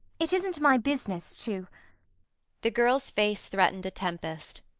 it isn't my business to the girl's face threatened a tempest.